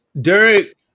Derek